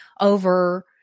over